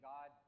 God